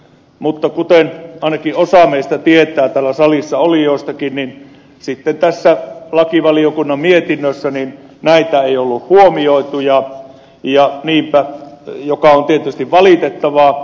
mutta kuten ainakin osa meistä täällä salissa olijoistakin tietää niin tässä lakivaliokunnan mietinnössä näitä ei ollut huomioitu mikä on tietysti valitettavaa